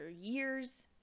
years